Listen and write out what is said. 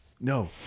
No